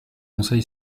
conseil